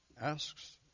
asks